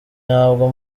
ntabwo